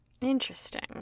Interesting